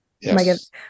Yes